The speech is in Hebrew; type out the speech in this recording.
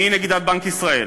מנגידת בנק ישראל,